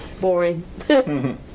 Boring